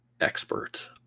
expert